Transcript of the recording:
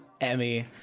emmy